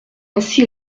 ainsi